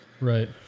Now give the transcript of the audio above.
Right